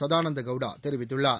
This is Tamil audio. சதானந்த கவுடா தெரிவித்துள்ளார்